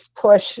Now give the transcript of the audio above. push